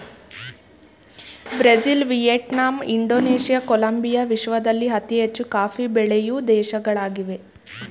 Brazil, Vietnam, Indonesia, Colombia ವಿಶ್ವದಲ್ಲಿ ಅತಿ ಹೆಚ್ಚು ಕಾಫಿ ಬೆಳೆಯೂ ದೇಶಗಳಾಗಿವೆ